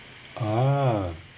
ah